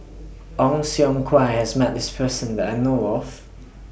Ong Siong Kai has Met This Person that I know of